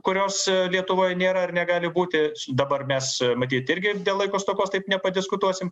kurios lietuvoj nėra ir negali būti dabar mes matyt irgi dėl laiko stokos taip nepadiskutuosim